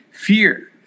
fear